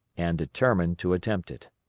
and determined to attempt it.